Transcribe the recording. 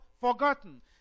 forgotten